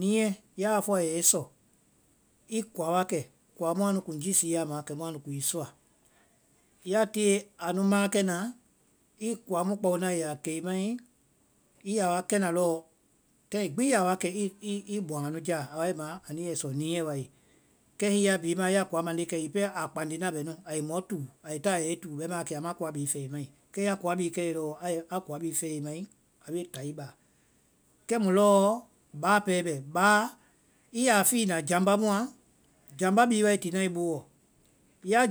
Niiɛ ya fɔe a yɛi sɔ, i koa wa kɛ, koa mu anu kun jiísia a ma kɛ mu anu yɛ i sɔ. Ya tie anu maãkɛnaã, i koa mu kpao naã i ya a kɛ i mai, i ya a wa kɛna lɔɔ, taŋ gbi i ya a kɛ i bɔaŋ anu jáa, a wa ya ma anu yɛ i sɔ niɛ wae. kɛ hiŋi a bhi maã, ya koa mande kɛe hiŋi pɛɛ a kpanie na bɛ nu ai mɔ túu, ai táa a yɛ i túu bɛmaã kɛ ama koa bhii fɛɛ i mai, kɛ ya koa bhii fɛe lɔɔ ai- a koa bhii fɛe i mai a bee táa i ba. Kɛ lɔɔ báa pɛɛ bɛ, báa i ya fiina jambá muã, jambá bhii wai ti na i booɔ,